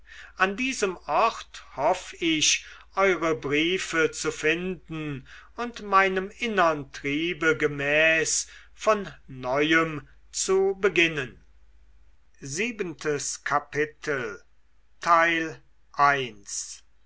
an diesem ort hoff ich eure briefe zu finden und meinem innern triebe gemäß von neuem zu beginnen